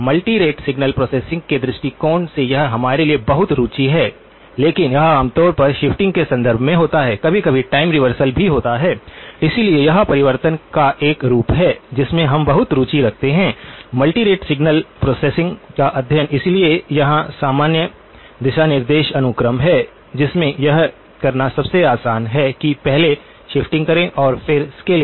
multi rate signal processing के दृष्टिकोण से यह हमारे लिए बहुत रुचि है लेकिन यह आमतौर पर शिफ्टिंग के संदर्भ में होता है और कभी कभी टाइम रिवर्सल भी होता है इसलिए यह परिवर्तन का एक रूप है जिसमें हम बहुत रुचि रखते हैं मल्टी रेट सिग्नल प्रोसेसिंग का अध्ययन इसलिए यहां सामान्य दिशानिर्देश अनुक्रम है जिसमें यह करना सबसे आसान है कि पहले शिफ्टिंग करें फिर स्केलिंग